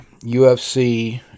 UFC